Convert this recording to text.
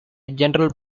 general